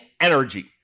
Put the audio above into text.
energy